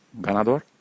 ganador